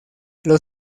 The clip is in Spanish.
los